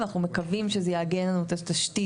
ואנחנו מקווים שזה יעגן לנו את התשתית